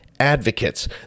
advocates